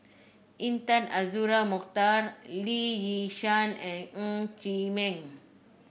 Intan Azura Mokhtar Lee Yi Shyan and Ng Chee Meng